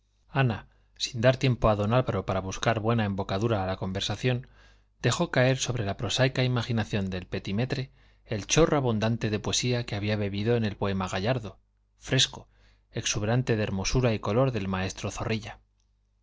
ana sin dar tiempo a don álvaro para buscar buena embocadura a la conversación dejó caer sobre la prosaica imaginación del petimetre el chorro abundante de poesía que había bebido en el poema gallardo fresco exuberante de hermosura y color del maestro zorrilla